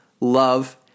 love